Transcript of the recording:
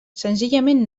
senzillament